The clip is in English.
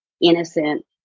innocent